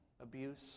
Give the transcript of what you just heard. abuse